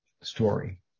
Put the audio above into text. story